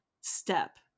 step